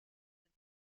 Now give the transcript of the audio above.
with